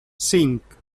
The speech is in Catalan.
cinc